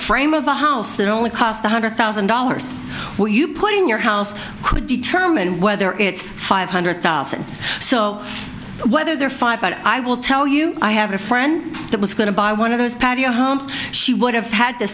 frame of a house that only cost one hundred thousand dollars will you put in your house could determine whether it's five hundred thousand so whether they're five i will tell you i have a friend that was going to buy one of those patio homes she would have had to